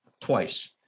twice